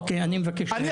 אוקי אני מבקש לדבר.